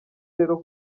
rero